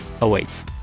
awaits